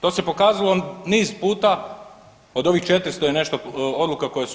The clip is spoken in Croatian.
To se pokazalo niz puta od ovih 400 i nešto odluka koje su